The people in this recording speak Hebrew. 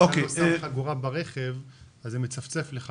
כשאתה לא שם חגורה ברכב אז זה מצפצף לך.